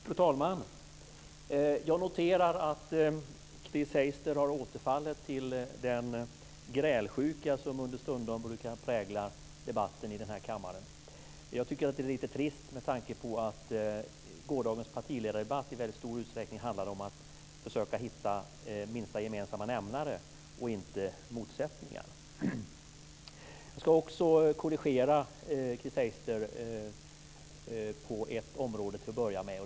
Fru talman! Jag noterar att Chris Heister har återfallit i den grälsjuka som understundom präglar debatten här i kammaren. Jag tycker att det är lite trist med tanke på att gårdagens partiledardebatt i väldigt stor utsträckning handlade om att försöka hitta minsta gemensamma nämnare, inte motsättningar. Sedan skulle jag vilja korrigera Chris Heister på ett område, till att börja med.